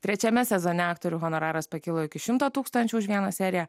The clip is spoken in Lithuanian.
trečiame sezone aktorių honoraras pakilo iki šimto tūkstančių už vieną seriją